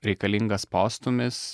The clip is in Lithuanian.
reikalingas postūmis